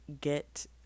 get